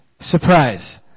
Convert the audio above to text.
Surprise